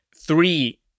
three